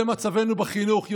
זה מצבנו בחינוך.